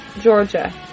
Georgia